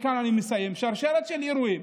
וכאן אני מסיים: שרשרת של אירועים